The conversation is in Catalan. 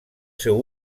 seu